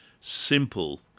simple